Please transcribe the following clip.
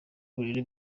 uburere